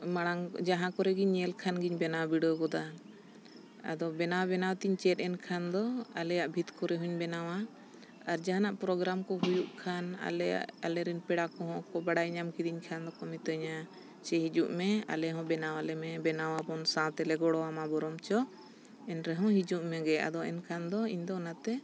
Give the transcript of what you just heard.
ᱢᱟᱲᱟᱝ ᱡᱟᱦᱟᱸ ᱠᱚᱨᱮ ᱜᱮᱧ ᱧᱮᱞ ᱠᱷᱟᱱᱜᱤᱧ ᱵᱮᱱᱟᱣ ᱵᱤᱰᱟᱹᱣ ᱜᱚᱫᱟ ᱟᱫᱚ ᱵᱮᱱᱟᱣ ᱵᱮᱱᱟᱣ ᱛᱤᱧ ᱪᱮᱫ ᱮᱱ ᱠᱷᱟᱱ ᱫᱚ ᱟᱞᱮᱭᱟᱜ ᱵᱷᱤᱛ ᱠᱚᱨᱮ ᱦᱚᱸᱧ ᱵᱮᱱᱟᱣᱟ ᱟᱨ ᱡᱟᱦᱟᱱᱟᱜ ᱯᱨᱳᱜᱨᱟᱢ ᱠᱚ ᱦᱩᱭᱩᱜ ᱠᱷᱟᱱ ᱟᱞᱮᱭᱟᱜ ᱟᱞᱮ ᱨᱮᱱ ᱯᱮᱲᱟ ᱠᱚᱦᱚᱸ ᱠᱚ ᱵᱟᱰᱟᱭ ᱧᱟᱢ ᱠᱤᱫᱤᱧ ᱠᱷᱟᱱ ᱫᱚᱠᱚ ᱢᱤᱛᱟᱹᱧᱟ ᱥᱮ ᱦᱤᱡᱩᱜ ᱢᱮ ᱟᱞᱮ ᱦᱚᱸ ᱵᱮᱱᱟᱣ ᱟᱞᱮ ᱢᱮ ᱵᱮᱱᱟᱣ ᱟᱵᱚᱱ ᱥᱟᱶᱛᱮᱞᱮ ᱜᱚᱲᱚ ᱟᱢᱟ ᱵᱚᱨᱚᱝ ᱪᱚ ᱮᱱ ᱨᱮᱦᱚᱸ ᱦᱤᱡᱩᱜ ᱢᱮᱜᱮ ᱟᱫᱚ ᱮᱱᱠᱷᱟᱱ ᱫᱚ ᱤᱧ ᱫᱚ ᱚᱱᱟᱛᱮ